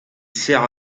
sert